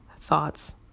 thoughts